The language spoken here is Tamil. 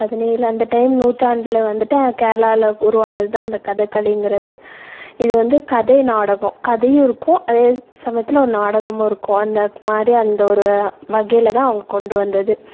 பதினேழு அந்த டைம் நூற்றாண்டில் வந்துட்டு கேரளாவில உருவானதுதான் அந்த கதகளிங்கிறது இது வந்து கதை நாடகம் கதையும் இருக்கும் அதே சமயத்தில் ஒரு நாடகமும் இருக்கும் அந்தமாதிரி அந்த ஒரு வகையில்தான் அவங்க கொண்டு வந்தது